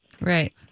Right